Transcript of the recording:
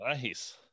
Nice